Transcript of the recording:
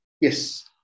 yes